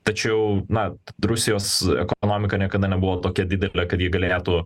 tačiau na rusijos ekonomika niekada nebuvo tokia didelė kad ji galėtų